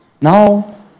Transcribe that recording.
Now